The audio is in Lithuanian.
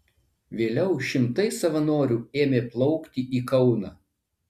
vėliau šimtai savanorių ėmė plaukti į kauną